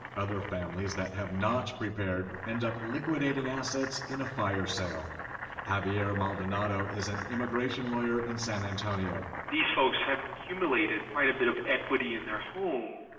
other families that have not prepared end up liquidating assets in a fire sale javier maldonado is an immigration lawyer in san antonio these folks have accumulated quite a bit of equity in their home,